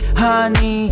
Honey